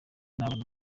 nabona